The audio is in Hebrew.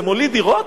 זה מוליד דירות?